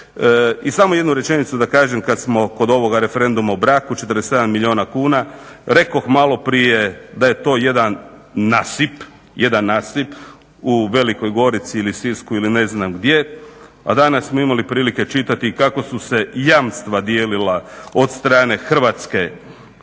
I samo jednu rečenicu da kažem kada smo kod ovoga Referenduma o braku, 47 milijuna kuna. Rekoh maloprije da je to jedan nasip u Velikoj Gorici ili Sisku ili ne znam gdje, a danas smo imali prilike čitati kako su se jamstva dijelila od strane Hrvatske banke